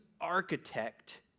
architect